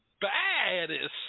baddest